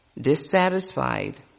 dissatisfied